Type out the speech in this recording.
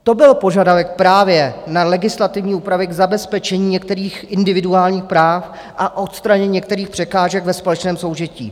To byl požadavek právě na legislativní úpravy k zabezpečení některých individuálních práv a odstranění některých překážek ve společném soužití.